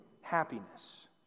happiness